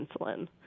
insulin